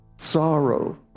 sorrow